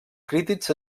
crítics